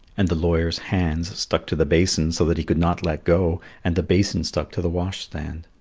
and the lawyer's hands stuck to the basin so that he could not let go and the basin stuck to the wash-stand.